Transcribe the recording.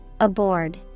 Aboard